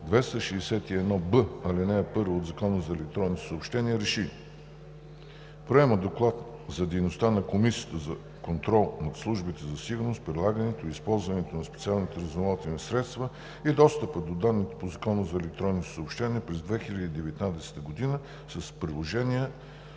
261б, ал. 1 от Закона за електронните съобщения РЕШИ: Приема Доклад за дейността на Комисията за контрол над служите за сигурност, прилагането и използването на специалните разузнавателни средства и достъпа до данните по Закона за електронните съобщения през 2019 г., с приложения